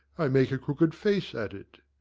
i make a crooked face at it.